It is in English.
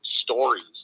stories